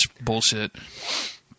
bullshit